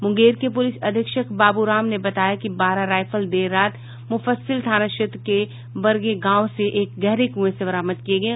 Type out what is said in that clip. मुंगेर के पुलिस अधीक्षक बाबू राम ने बताया कि बारह राईफल देर रात मुफ्फसिल थाना क्षेत्र के बरधे गांव से एक गहरे क्एं से बरामद किये गये